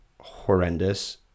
horrendous